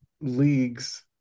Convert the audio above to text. leagues